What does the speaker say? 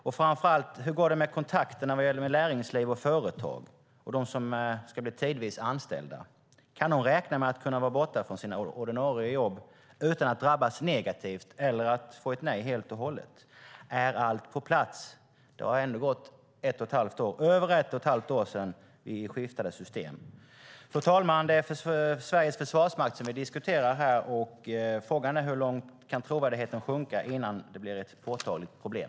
Och hur går det med kontakterna när det gäller näringsliv och företag och de som ska bli tidvis anställda? Kan de räkna med att kunna vara borta från sina ordinarie jobb utan att drabbas negativt eller att få ett nej helt och hållet? Är allt på plats? Det har ändå gått över ett och ett halvt år sedan vi skiftade system. Fru talman! Vi diskuterar Sveriges försvarsmakt här, och frågan är hur långt trovärdigheten kan sjunka innan det blir ett påtagligt problem.